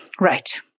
right